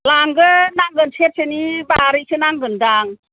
लांगोन नांगोन सेरसेनि बारैसो नांगोन दां